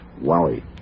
Wally